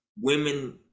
women